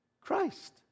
Christ